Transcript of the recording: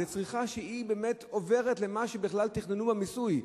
זה צריכה שהיא באמת עוברת על מה שבכלל תכננו במיסוי,